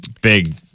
big